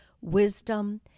wisdom